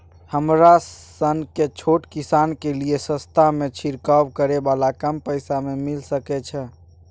हमरा सनक छोट किसान के लिए सस्ता में छिरकाव करै वाला कम पैसा में मिल सकै छै?